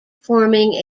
forming